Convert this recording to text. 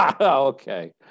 Okay